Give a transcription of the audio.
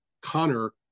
Connor